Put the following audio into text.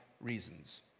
reasons